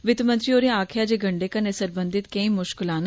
वित्तमंत्री होरें आक्खेआ जे गंडे कन्नै सरबंधित केंई मुशकलां न